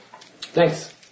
Thanks